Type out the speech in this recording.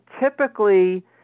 typically